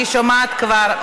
אני שומעת כבר,